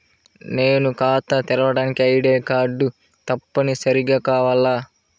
నేను ఖాతా తెరవడానికి ఐ.డీ కార్డు తప్పనిసారిగా కావాలా?